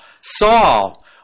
Saul